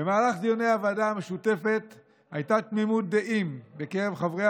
במהלך דיוני הוועדה המשותפת הייתה תמימות דעים בקרב חברי